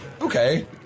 Okay